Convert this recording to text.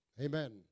Amen